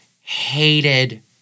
hated